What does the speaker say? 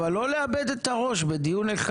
אבל לא לאבד את הראש בדיון אחד,